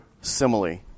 simile